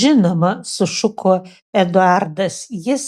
žinoma sušuko eduardas jis